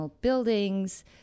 buildings